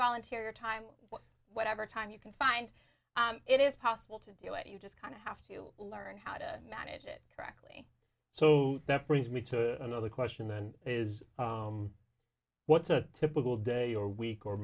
volunteer your time whatever time you can find it is possible to do it you just kind of have to learn how to manage it correctly so that brings me to another question then is what's a typical day or week or